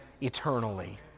eternally